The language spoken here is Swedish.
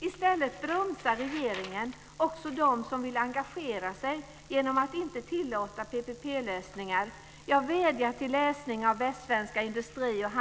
I stället bromsar regeringen också dem som vill engagera sig genom att inte tillåta PPP-lösningar. Jag vädjar till läsning av Västsvenska Industri och